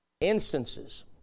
instances